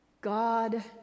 God